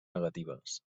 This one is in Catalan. negatives